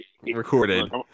recorded